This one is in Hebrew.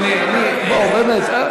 אדוני, באמת.